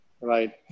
Right